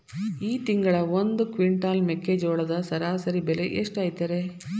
ಈ ತಿಂಗಳ ಒಂದು ಕ್ವಿಂಟಾಲ್ ಮೆಕ್ಕೆಜೋಳದ ಸರಾಸರಿ ಬೆಲೆ ಎಷ್ಟು ಐತರೇ?